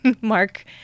Mark